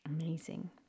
Amazing